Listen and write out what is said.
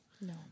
No